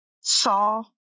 saw